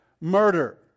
murder